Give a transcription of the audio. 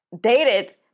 dated